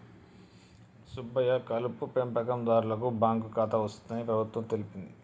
సుబ్బయ్య కలుపు పెంపకందారులకు బాంకు ఖాతా వస్తుందని ప్రభుత్వం తెలిపింది